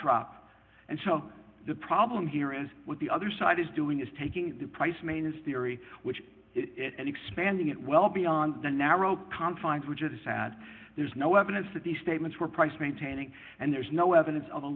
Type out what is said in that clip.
drop and so the problem here is what the other side is doing is taking the price manus theory which is it and expanding it well beyond the narrow confines which it is at there's no evidence that these statements were priced maintaining and there's no evidence of a